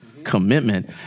Commitment